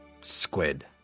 squid